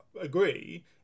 agree